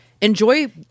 enjoy